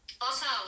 Awesome